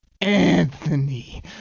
Anthony